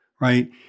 right